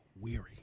weary